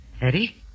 Eddie